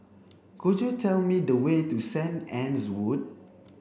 could you tell me the way to St Anne's Wood